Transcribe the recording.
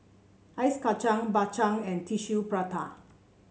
Ice Kacang Bak Chang and Tissue Prata